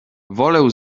wolę